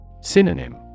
Synonym